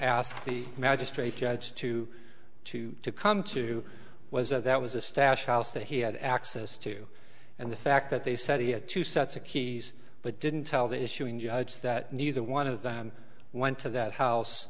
asked the magistrate judge to to come to was that that was a stash house that he had access to and the fact that they said he had two sets of keys but didn't tell the issuing judge that neither one of them went to that house